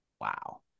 Wow